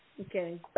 Okay